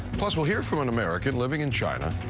plus we'll hear from an american living in china,